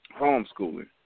homeschooling